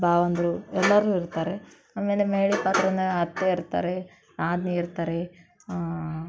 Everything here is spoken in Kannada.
ಭಾವಂದಿರು ಎಲ್ಲರೂ ಇರ್ತಾರೆ ಆಮೇಲೆ ಮಹಿಳೆ ಪಾತ್ರನಾಗಿ ಅತ್ತೆ ಇರ್ತಾರೆ ನಾದಿನಿ ಇರ್ತಾರೆ